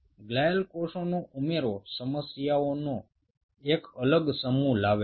গ্লিয়ালকোষগুলো যোগ করার ফলে আলাদা ধরনের সমস্যার আবির্ভাব হয়